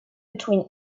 between